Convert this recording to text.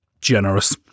Generous